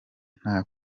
nta